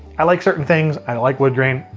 i like certain things. i like woodgrain.